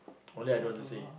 only I don't want to say